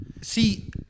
See